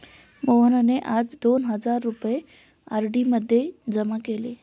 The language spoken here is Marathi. मोहनने आज दोन हजार रुपये आर.डी मध्ये जमा केले